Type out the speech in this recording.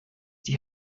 die